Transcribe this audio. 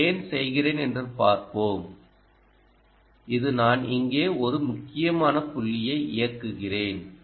நான் ஏன் செய்கிறேன் என்று பார்ப்போம் இது நான் இங்கே ஒரு முக்கியமான புள்ளியை இயக்குகிறேன்